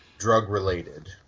drug-related